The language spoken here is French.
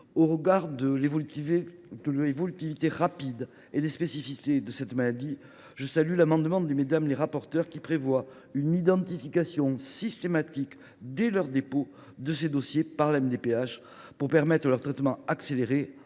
Au regard de l’évolutivité rapide et des spécificités de cette maladie, je salue l’amendement de Mmes les rapporteures, qui a pour objet une identification systématique, dès leur dépôt, de ces dossiers par la MDPH et leur traitement accéléré,